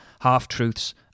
half-truths